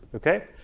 okay?